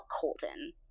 colton